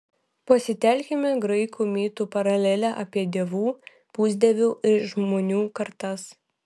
pasitelkime graikų mitų paralelę apie dievų pusdievių ir žmonių kartas